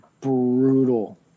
brutal